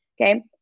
Okay